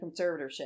conservatorship